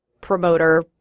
promoter